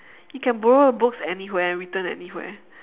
you can borrow books anywhere return anywhere